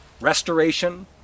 restoration